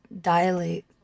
Dilate